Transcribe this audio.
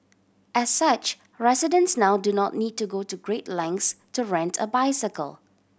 as such residents now do not need to go to great lengths to rent a bicycle